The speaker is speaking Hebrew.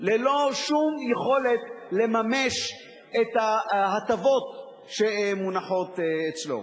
ללא שום יכולת לממש את ההטבות שמונחות אצלו.